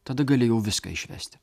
tada gali jau viską išvesti